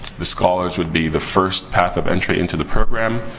the scholars would be the first path of entry into the program.